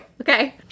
okay